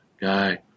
guy